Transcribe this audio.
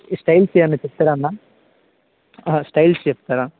styles ఏమన్నా చెప్తారా అన్న స్టైల్స్ చెప్తారా